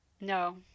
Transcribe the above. No